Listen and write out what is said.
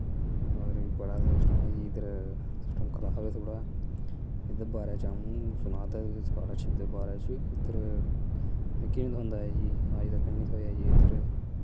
और बड़ा सिस्टम ऐ जी इद्धर सिस्टम खराब ऐ थोह्ड़ा जेह्दे बारैं आ'ऊं सनां दा हा स्कालरशिप दे बारै च इद्धर मिकी बी निं थोह्ंदा ऐ जी अज तकर बी नेईं थोआ जी इद्धर